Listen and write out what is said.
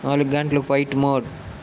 నాలుగు గంటలు quiet mode